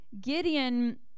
Gideon